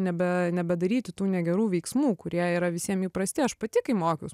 nebe nebedaryti tų negerų veiksmų kurie yra visiem įprasti aš pati kai mokiaus